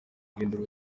guhindura